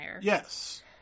Yes